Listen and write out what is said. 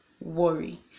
worry